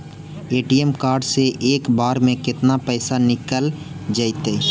ATM card से एक बार में केतना पैसा निकल जइतै?